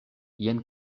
jen